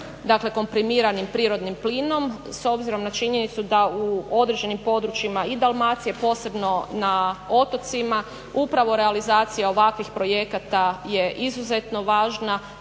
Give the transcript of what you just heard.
dakle komprimiranim prirodnim plinom s obzirom na činjenicu da u određenim područjima i Dalmacije, posebno na otocima, upravo realizacija ovakvih projekata je izuzetno važna